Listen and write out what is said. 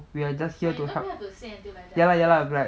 we are just here to help ya lah ya lah